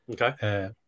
Okay